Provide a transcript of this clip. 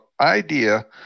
idea